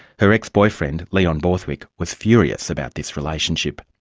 her ex-boyfriend, leon borthwick, was furious about this relationship.